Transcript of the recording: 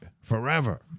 Forever